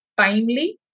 timely